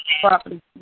Property